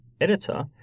editor